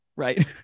right